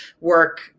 work